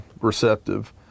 receptive